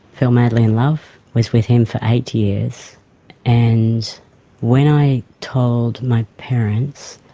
fell madly in love, was with him for eight years and when i told my parents